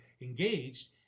engaged